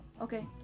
Okay